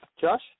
Josh